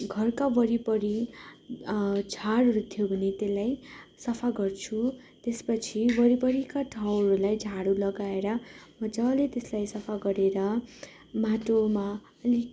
घरका वरिपरि झारहरू थियो भने त्यसलाई सफा गर्छु त्यसपछि वरिपरिका ठाउँहरूलाई झाडु लगाएर मज्जाले तेसलाई सफा गरेर माटोमा अलिक